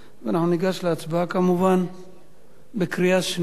ואנחנו ניגש להצבעה כמובן בקריאה שנייה.